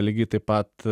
lygiai taip pat